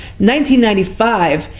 1995